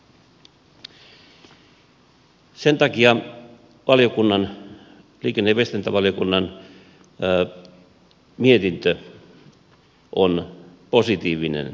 sen takia liikenne ja viestintävaliokunnan mietintö on positiivinen kannanotto